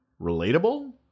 Relatable